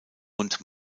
und